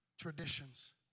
traditions